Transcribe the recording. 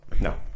No